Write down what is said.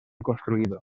construido